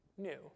New